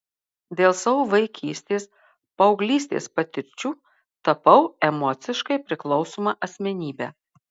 dėl savo vaikystės paauglystės patirčių tapau emociškai priklausoma asmenybe